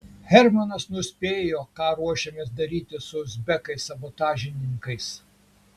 hermanas nuspėjo ką ruošiamės daryti su uzbekais sabotažininkais